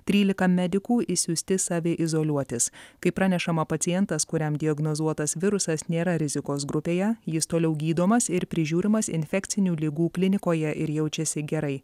trylika medikų išsiųsti saviizoliuotis kaip pranešama pacientas kuriam diagnozuotas virusas nėra rizikos grupėje jis toliau gydomas ir prižiūrimas infekcinių ligų klinikoje ir jaučiasi gerai